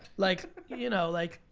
like you know like,